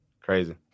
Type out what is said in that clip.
Crazy